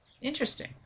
Interesting